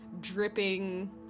dripping